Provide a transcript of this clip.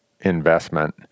investment